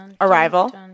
Arrival